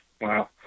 Wow